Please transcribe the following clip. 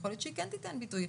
כן ייתנו ביטוי.